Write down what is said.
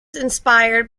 inspired